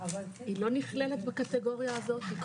אני אקרא את סעיף 2: "2.